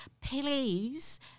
please